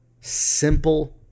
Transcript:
Simple